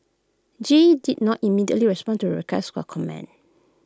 G E did not immediately respond to requests for comment